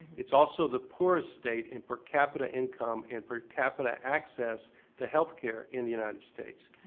it's also the poorest state and per capita income and per capita access to healthcare in the united states.